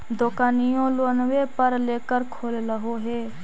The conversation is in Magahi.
दोकनिओ लोनवे पर लेकर खोललहो हे?